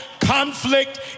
conflict